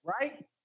Right